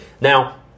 now